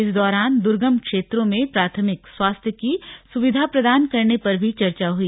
इस दौरान दुर्गम क्षेत्रों में प्राथमिक स्वास्थ्य की सुविधा प्रदान करने पर भी चर्चा हुई